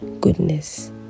goodness